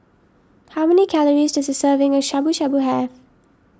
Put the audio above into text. how many calories does a serving of Shabu Shabu have